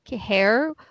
hair